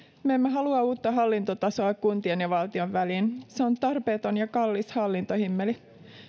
me emme halua uutta hallintotasoa kuntien ja valtion väliin se on tarpeeton ja kallis hallintohimmeli